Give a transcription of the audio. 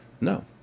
No